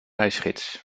reisgids